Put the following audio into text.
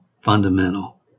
fundamental